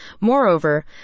Moreover